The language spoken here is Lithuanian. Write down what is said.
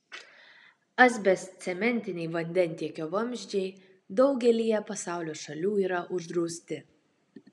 asbestcementiniai vandentiekio vamzdžiai daugelyje pasaulio šalių yra uždrausti